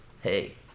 Hey